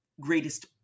greatest